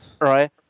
right